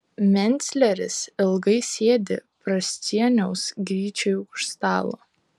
mencleris ilgai sėdi prascieniaus gryčioj už stalo